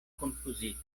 konfuzita